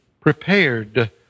prepared